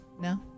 no